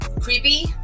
creepy